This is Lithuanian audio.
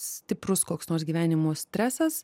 stiprus koks nors gyvenimo stresas